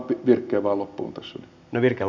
no virke loppuun